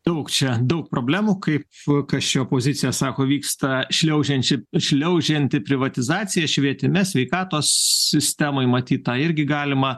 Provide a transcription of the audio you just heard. daug čia daug problemų kaip kas čia opozicija sako vyksta šliaužiančia šliaužianti privatizacija švietime sveikatos sistemoj matyt tą irgi galima